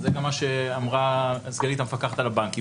וזה גם מה שאמרה סגנית המפקחת על הבנקים,